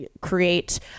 create